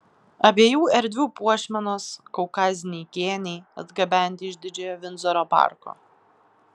abiejų erdvių puošmenos kaukaziniai kėniai atgabenti iš didžiojo vindzoro parko